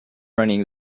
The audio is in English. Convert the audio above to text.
running